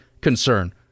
concern